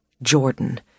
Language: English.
Jordan